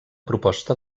proposta